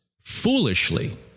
Foolishly